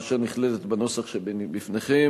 ואשר נכללת בנוסח שבפניכם.